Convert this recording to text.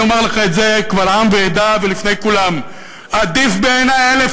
אני אומר לך קבל עם ועדה ולפני כולם: עדיף בעיני אלף